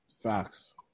Facts